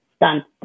done